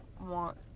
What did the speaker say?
want